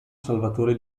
salvatore